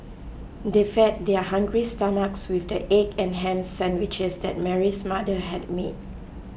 they fed their hungry stomachs with the egg and ham sandwiches that Mary's mother had made